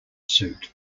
suit